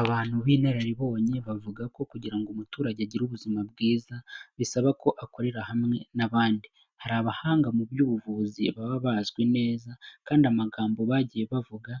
Abantu b'inararibonye bavuga ko kugira ngo umuturage agire ubuzima bwiza, bisaba ko akorera hamwe n'abandi, hari abahanga mu by'ubuvuzi baba bazwi neza kandi amagambo bagiye bavuga